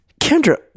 Kendra